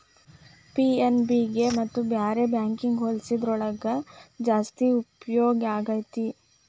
PNB ಗೆ ಮತ್ತ ಬ್ಯಾರೆ ಬ್ಯಾಂಕಿಗ್ ಹೊಲ್ಸಿದ್ರ ಯವ್ದ್ರೊಳಗ್ ಜಾಸ್ತಿ ಉಪ್ಯೊಗಾಕ್ಕೇತಿ?